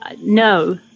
No